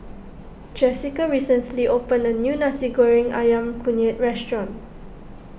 Jessica recently opened a new Nasi Goreng Ayam Kunyit restaurant